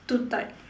too tight